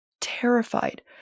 terrified